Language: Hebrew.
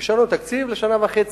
אישרנו תקציב לשנה וחצי,